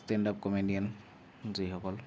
stand up comedian যিসকল